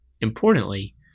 Importantly